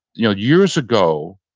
you know years ago,